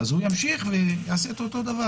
אז הוא ימשיך ויעשה את אותו דבר.